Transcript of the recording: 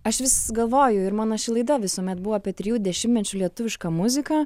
aš vis galvoju ir mano ši laida visuomet buvo apie trijų dešimtmečių lietuvišką muziką